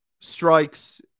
strikes